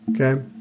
Okay